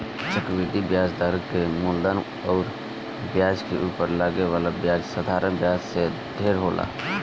चक्रवृद्धि ब्याज दर के मूलधन अउर ब्याज के उपर लागे वाला ब्याज साधारण ब्याज से ढेर होला